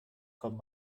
kommt